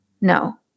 no